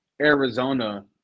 Arizona